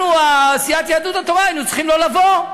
אנחנו, סיעת יהדות התורה, היינו צריכים לא לבוא.